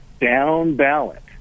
down-ballot